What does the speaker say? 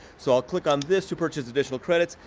so i'll click on this to purchase additional credits,